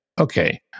Okay